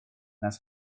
нас